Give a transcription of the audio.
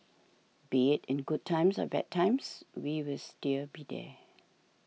be it in good times or bad times we will still be here